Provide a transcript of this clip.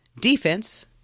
defense